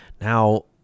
Now